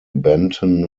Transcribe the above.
benton